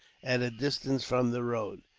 at a distance from the road.